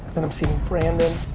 then i'm seeing brandon